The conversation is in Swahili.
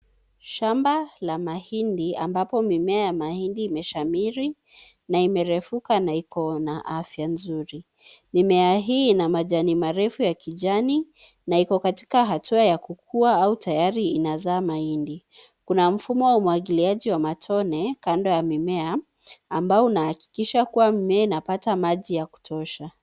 Shamba la mahindi ambapo mimea ya mahindi imeshamiri, na imerefuka na Iko na afya nzuri. Mimea hii ina majani marefu ya kijani na iko katika hatua ya kukua au tayari inazaa mahindi. Kuna mfumo wa umwagiliaji wa matone kando ya mimea ambao unahakikisha kuwa mimea inapata maji ya kutosha.